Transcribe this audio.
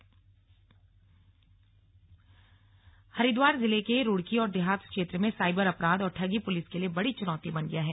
slug ठगी रूड़की हरिद्वार जिले के रुड़की और देहात क्षेत्र में साइबर अपराध और ठगी पुलिस के लिए बड़ी चुनौती बन गया है